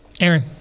Aaron